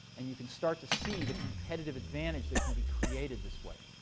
and you can start to see the competitive advantage that can be created this way.